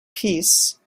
peace